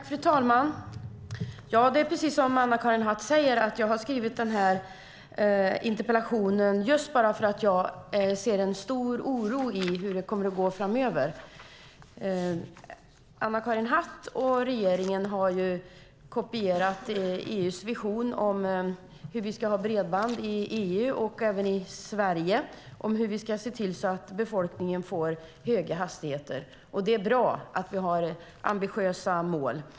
Fru talman! Ja, det är precis som Anna-Karin Hatt säger, att jag har skrivit den här interpellationen just för att jag känner en stor oro över hur det kommer att gå framöver. Anna-Karin Hatt och regeringen har kopierat EU:s vision om hur vi ska ha bredband i EU och även i Sverige. Det handlar om hur vi ska se till att befolkningen får höga hastigheter. Det är bra att vi har ambitiösa mål.